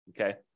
okay